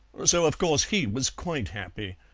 so, of course, he was quite happy.